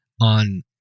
on